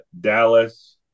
Dallas